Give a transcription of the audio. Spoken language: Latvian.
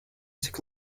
cik